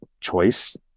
choice